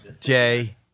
Jay